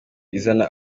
izana